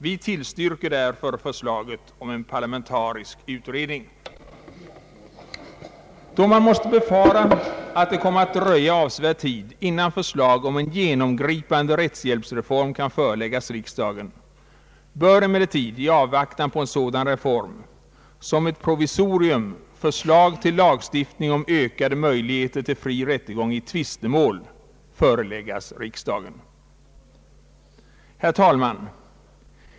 Vi tillstyrker därför förslaget om en parlamentarisk utredning. Då man måste befara att det kommer att dröja avsevärd tid innan förslag om en genomgripande rättshjälpsreform kan föreläggas riksdagen, bör emellertid i avvaktan på en sådan reform som ett provisorium förslag till lagstiftning om ökade möjligheter till fri rättegång i tvistemål föreläggas riksdagen. Herr talman!